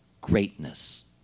greatness